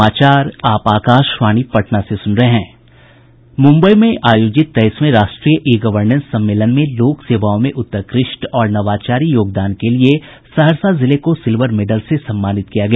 मुम्बई में आयोजित तेईसवें राष्ट्रीय ई गवर्नेंस सम्मेलन में लोक सेवाओं में उत्कृष्ट और नवाचारी योगदान के लिए सहरसा जिले को सिल्वर मेडल से सम्मानित किया गया